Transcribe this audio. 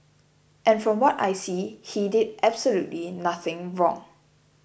and from what I see he did absolutely nothing wrong